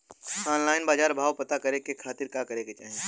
Online बाजार भाव पता करे के खाती का करे के चाही?